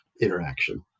interaction